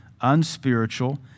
unspiritual